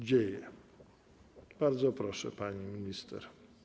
9. Bardzo proszę, pani minister.